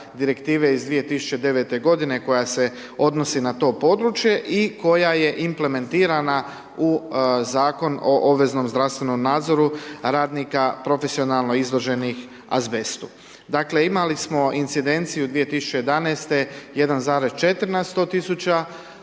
iz 2009. godine koja se odnosi na to područje i koja je implementirana u Zakon o obveznom zdravstvenom nadzoru radnika profesionalno izloženih azbestu. Dakle imali smo incidenciju 2011. 1,4 na 100 tisuća